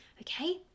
okay